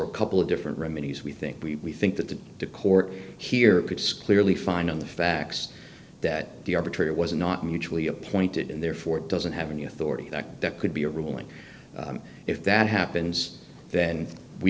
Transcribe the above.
a couple of different remedies we think we think that the the court here it's clearly fine on the facts that the arbitrary was not mutually appointed and therefore it doesn't have any authority that that could be a ruling if that happens then we